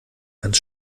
ganz